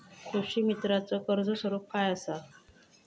कृषीमित्राच कर्ज स्वरूप काय असा?